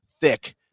thick